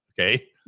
okay